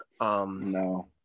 No